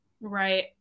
Right